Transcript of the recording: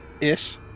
ish